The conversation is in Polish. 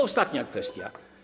Ostatnia kwestia.